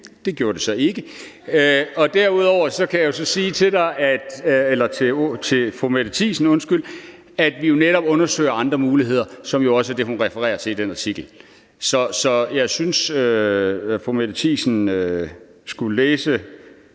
Det gjorde det så ikke. Og derudover kan jeg så sige til fru Mette Thiesen, at vi jo netop undersøger andre muligheder, som også er det, hun refererer til i den artikel. Så jeg synes, fru Mette Thiesen skulle læse,